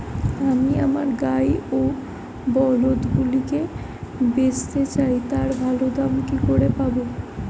আমি আমার গাই ও বলদগুলিকে বেঁচতে চাই, তার ভালো দাম কি করে পাবো?